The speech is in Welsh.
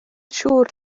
siŵr